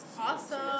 awesome